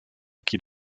qu’il